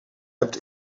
hebt